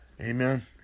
Amen